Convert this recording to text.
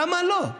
למה לא?